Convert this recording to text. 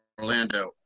Orlando